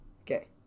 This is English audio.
Okay